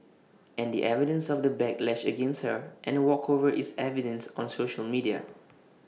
and the evidence of the backlash against her and A walkover is evident on social media